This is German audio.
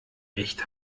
echt